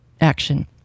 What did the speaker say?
action